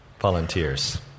volunteers